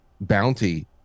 bounty